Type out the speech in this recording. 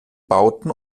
bauten